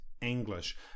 English